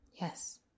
Yes